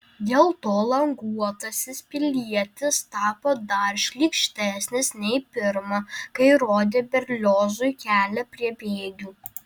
dėl to languotasis pilietis tapo dar šlykštesnis nei pirma kai rodė berliozui kelią prie bėgių